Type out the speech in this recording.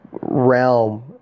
realm